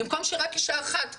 במקום שרק אישה אחת תפגע,